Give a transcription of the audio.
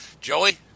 Joey